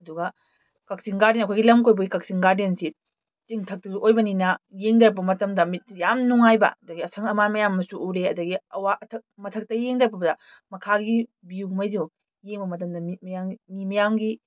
ꯑꯗꯨꯒ ꯀꯛꯆꯤꯡ ꯒꯥꯔꯗꯦꯟ ꯑꯩꯈꯣꯏꯒꯤ ꯂꯝ ꯀꯣꯏꯕꯒꯤ ꯀꯛꯆꯤꯡ ꯒꯥꯔꯗꯦꯟꯁꯤ ꯆꯤꯡꯊꯛꯇꯁꯨ ꯑꯣꯏꯕꯅꯤꯅ ꯌꯦꯡꯊꯔꯛꯄ ꯃꯇꯝꯗ ꯃꯤꯠꯁꯨ ꯌꯥꯝ ꯅꯨꯡꯉꯥꯏꯕ ꯑꯗꯒꯤ ꯑꯁꯪ ꯑꯃꯥꯟ ꯃꯌꯥꯝ ꯑꯃꯁꯨ ꯎꯔꯦ ꯑꯗꯒꯤ ꯃꯊꯛꯇꯩ ꯌꯦꯡꯊꯔꯛꯄꯗ ꯃꯈꯥꯒꯤ ꯚ꯭ꯌꯨꯉꯩꯗꯣ ꯌꯦꯡꯕ ꯃꯇꯝꯗ ꯃꯤ ꯃꯤ ꯃꯌꯥꯝꯒꯤ